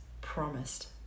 promised